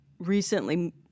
recently